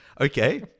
Okay